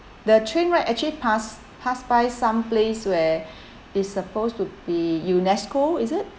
the train right actually pass pass by some place where it's supposed to be UNESCO is it